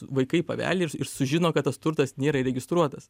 vaikai paveldi ir sužino kad tas turtas nėra įregistruotas